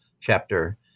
chapter